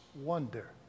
wonder